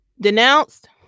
denounced